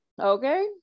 Okay